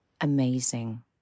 Amazing